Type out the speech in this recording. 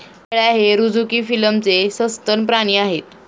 शेळ्या हे रझुकी फिलमचे सस्तन प्राणी आहेत